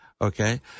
Okay